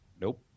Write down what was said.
nope